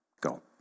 Go